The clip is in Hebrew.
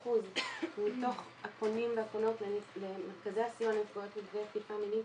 13% מתוך הפונים והפונות למרכזי הסיוע לנפגעי ונפגעות תקיפה מינית.